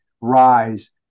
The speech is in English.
rise